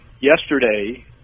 Yesterday